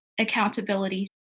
accountability